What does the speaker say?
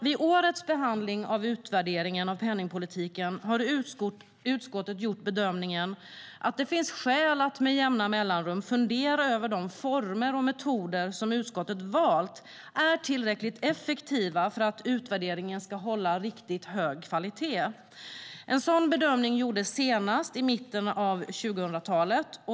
Vid årets behandling av utvärderingen av penningpolitiken har utskottet gjort bedömningen att det finns skäl att med jämna mellanrum fundera över om de former och metoder som utskottet valt är tillräckligt effektiva för att utvärderingen ska hålla riktigt hög kvalitet. En sådan bedömning gjordes senast i mitten på 2000-talet.